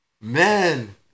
man